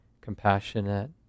compassionate